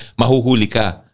mahuhulika